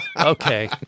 okay